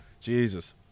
Jesus